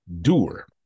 doer